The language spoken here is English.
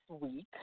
week